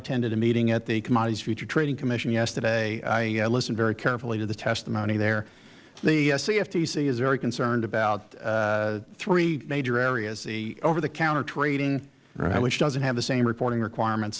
attended a meeting at the commodities futures trading commission yesterday i listened very carefully to the testimony there the cftc is very concerned about three major areas the over the counter trading which doesn't have the same reporting requirements